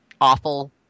awful